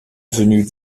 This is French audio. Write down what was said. avenue